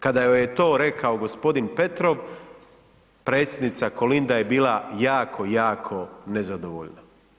Kada joj je to rekao g. Petrov, Predsjednica Kolinda je bila jako, jako nezadovoljna.